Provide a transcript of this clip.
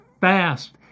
fast